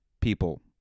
people